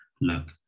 look